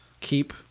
keep –